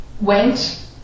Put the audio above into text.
went